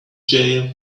jail